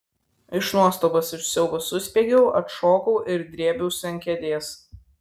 iš nuostabos ir siaubo suspiegiau atšokau ir drėbiausi ant kėdės